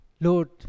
Lord